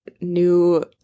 new